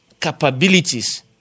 capabilities